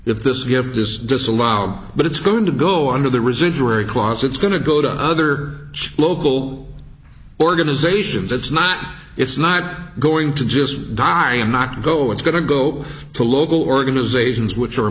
if this gift is disallowed but it's going to go under the residuary clause it's going to go to other local organizations it's not it's not going to just die and not go it's going to go to local organizations which are